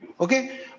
Okay